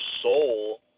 soul